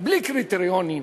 בלי קריטריונים,